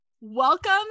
welcome